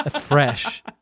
fresh